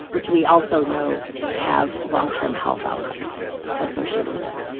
which we also know have long-term health outcomes associated with them.